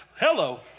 hello